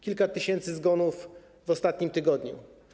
Kilka tysięcy zgonów w ostatnim tygodniu.